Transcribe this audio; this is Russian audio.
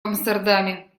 амстердаме